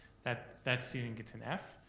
that that student gets an f,